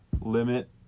limit